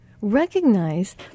Recognize